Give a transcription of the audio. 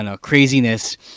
craziness